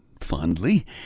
fondly